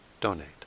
donate